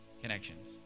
connections